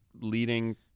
leading